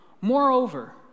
Moreover